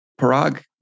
Parag